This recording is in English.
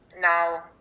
now